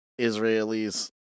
Israelis